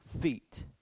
feet